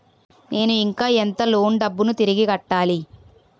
నేను ఇంకా ఎంత లోన్ డబ్బును తిరిగి కట్టాలి?